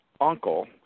uncle